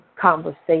conversation